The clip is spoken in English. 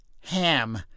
Ham